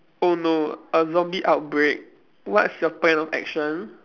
oh no a zombie outbreak what's your plan of action